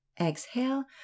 Exhale